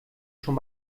schon